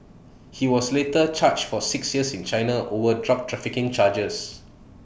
he was later charge for six years in China over drug trafficking charges